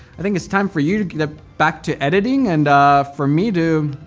i think it's time for you to get ah back to editing, and for me to,